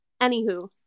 anywho